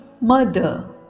mother